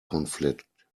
conflict